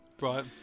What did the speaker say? Right